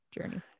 journey